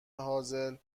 حاضر